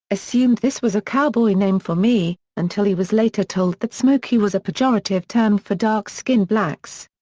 assumed this was a cowboy name for me, until he was later told that smokey was a pejorative term for dark-skinned blacks.